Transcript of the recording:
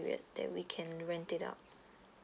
that we can rent it out